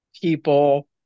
people